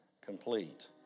complete